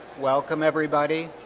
welcome, everybody.